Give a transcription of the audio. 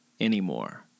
anymore